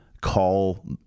call